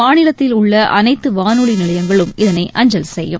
மாநிலத்தில் உள்ள அனைத்து வானொலி நிலையங்களும் இதனை அஞ்சல் செய்யும்